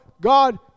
God